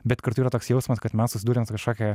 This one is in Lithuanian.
bet kartu yra toks jausmas kad mes susidūrėm su kažkokia